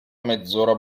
mezz’ora